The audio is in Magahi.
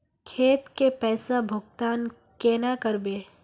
खेत के पैसा भुगतान केना करबे?